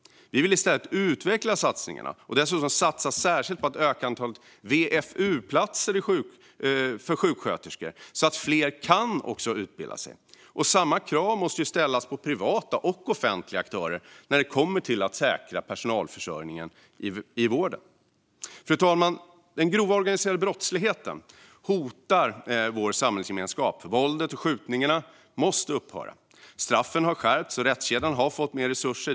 Vi vill i stället utveckla satsningarna och dessutom satsa särskilt på att öka antalet VFU-platser för sjuksköterskor så att fler kan utbilda sig. Samma krav måste ställas på privata och offentliga aktörer när det gäller att säkra personalförsörjningen i vården. Fru talman! Den grova organiserade brottsligheten hotar vår samhällsgemenskap. Våldet och skjutningarna måste upphöra. Straffen har skärpts, och rättskedjan har fått mer resurser.